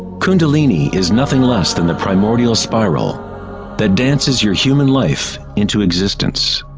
kundalini is nothing less than the primordial spiral that dances your human life into existence.